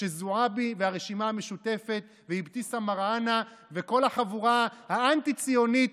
שזועבי והרשימה המשותפת ואבתיסאם מראענה וכל החבורה האנטי-ציונית